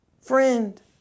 friend